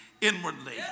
inwardly